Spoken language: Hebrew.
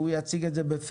והוא יציג את זה בפירוט,